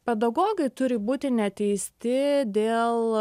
pedagogai turi būti neteisti dėl